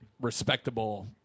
respectable